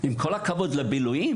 עם כל הכבוד לביל"ויים